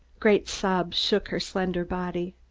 great sobs shook her slender body.